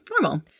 normal